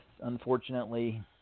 unfortunately